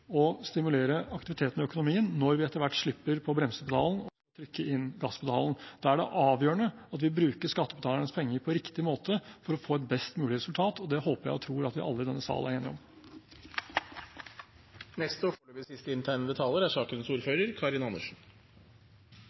å stimulere aktiviteten og økonomien når vi etter hvert slipper opp bremsepedalen og trykker inn gasspedalen. Da er det avgjørende at vi bruker skattebetalernes penger på riktig måte for å få et best mulig resultat. Det håper og tror jeg at vi alle i denne salen er enige om.